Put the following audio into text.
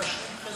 חבר